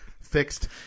fixed